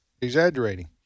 Exaggerating